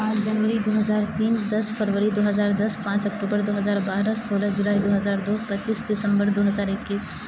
پانچ جنوری دو ہزار تین دس فروری دو ہزار دس پانچ اکتوبر دو ہزار بارہ سولہ جولائی دو ہزار دو پچیس دسمبر دو ہزار اکیس